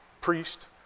priest